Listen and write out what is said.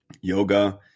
yoga